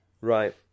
Right